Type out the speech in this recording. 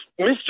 Mr